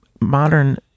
modern